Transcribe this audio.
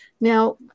Now